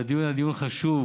והדיון היה דיון חשוב.